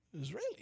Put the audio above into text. Israeli